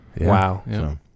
Wow